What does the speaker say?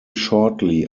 shortly